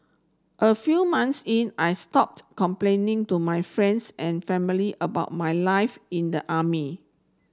a few months in I stopped complaining to my friends and family about my life in the army